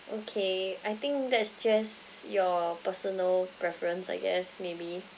okay I think that's just your personal preference I guess maybe